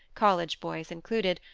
college boys included,